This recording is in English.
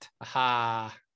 aha